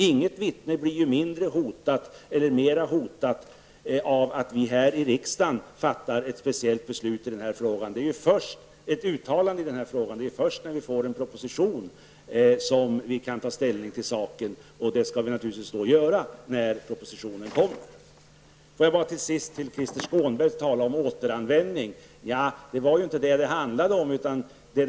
Inget vittne blir mindre eller mera hotat av att vi här i riksdagen gör ett uttalande i denna fråga. Det är först när vi får en proposition som vi kan ta ställning till detta. Detta skall vi naturligtvis göra när propositionen kommer. Till sist vill jag till Krister Skånberg säga några ord om återanvändning. Det handlade inte om återanvändning.